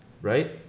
Right